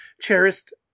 cherished